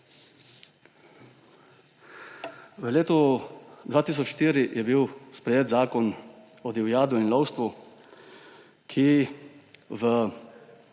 V letu 2004 je bil sprejet Zakon o divjadi in lovstvu, ki